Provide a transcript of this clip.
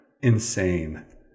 Insane